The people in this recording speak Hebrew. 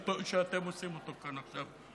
שאתם עושים אותו כאן עכשיו.